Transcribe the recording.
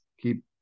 Keep